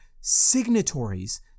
signatories